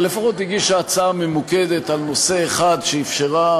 אבל לפחות הגישה הצעה ממוקדת, על נושא אחד, שאפשרה